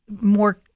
more